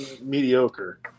mediocre